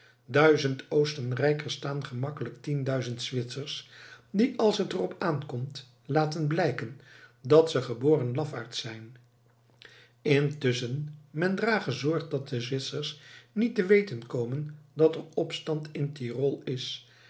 duizend oostenrijkers staan gemakkelijk tienduizend zwitsers die als het er op aankomt laten blijken dat ze geboren lafaards zijn intusschen men drage zorg dat de zwitsers niet te weten komen dat er opstand in tyrol is